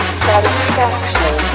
satisfaction